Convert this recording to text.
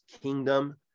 kingdom